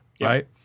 right